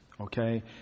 okay